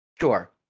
Sure